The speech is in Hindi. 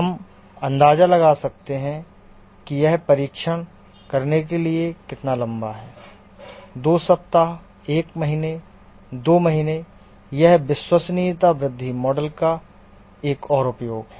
हम अंदाजा लगा सकते हैं कि यह परीक्षण करने के लिए कितना लंबा है 2 सप्ताह एक महीने 2 महीने यह विश्वसनीयता वृद्धि मॉडल का एक और उपयोग है